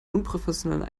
unprofessionellen